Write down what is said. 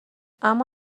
اما